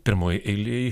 pirmoj eilėj